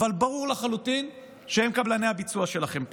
אבל ברור לחלוטין שהם קבלני הביצוע שלכם פה.